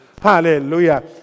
Hallelujah